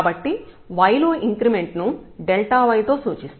కాబట్టి y లో increment ను y తో సూచిస్తాం